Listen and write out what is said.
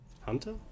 Hunter